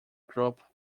group